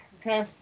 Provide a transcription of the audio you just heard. okay